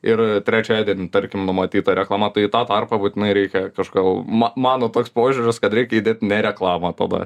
ir trečiadienį tarkim numatyta reklama tai į tą tarpą būtinai reikia kažkodėl ma mano toks požiūris kad reikia įdėt ne reklamą tada